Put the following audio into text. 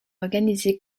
organisée